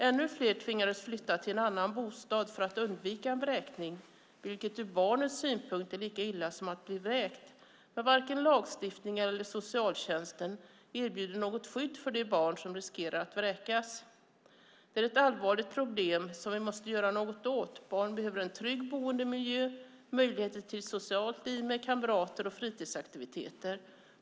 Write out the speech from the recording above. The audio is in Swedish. Ännu fler tvingades flytta till en annan bostad för att undvika en vräkning, vilket ur barnets synpunkt är lika illa som att bli vräkt. Men varken lagstiftningen eller socialtjänsten erbjuder något skydd för de barn som riskerar att vräkas. Det här är ett allvarligt problem som vi måste göra något åt. Barn behöver en trygg boendemiljö och möjligheter till ett socialt liv med kamrater och fritidsaktiviteter.